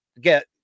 get